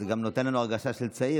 זה גם נותן לנו הרגשה של צעיר,